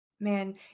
Man